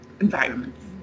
environments